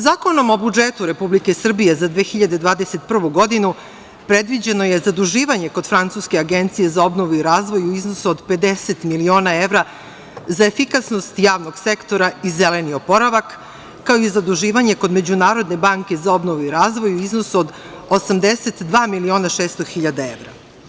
Zakonom o budžetu Republike Srbije za 2021. godinu, predviđeno je zaduživanje kod francuske Agencije za obnovu i razvoj u iznosu od 50 miliona evra, za efikasnost javnog sektora i zeleni oporavak, kao i zaduživanje kod Međunarodne banke za obnovu i razvoj u iznosu od 82 miliona 600 hiljada evra.